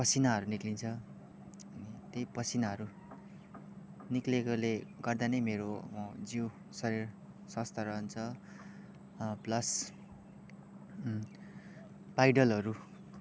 पसिनाहरू निस्किन्छ त्यै पसिनाहरू निस्केकोले गर्दा ने मेरो जिउ शरीर स्वस्थ रहन्छ प्लस पाइडलहरू